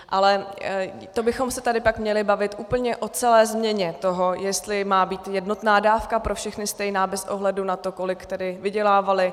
Ale to bychom se tady pak měli bavit úplně o celé změně toho, jestli má být jednotná dávka pro všechny stejná bez ohledu na to, kolik vydělávali.